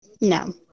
no